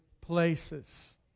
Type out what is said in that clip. places